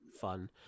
fun